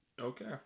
Okay